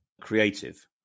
creative